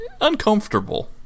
uncomfortable